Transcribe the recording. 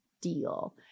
deal